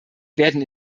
werden